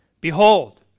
Behold